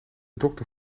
dokter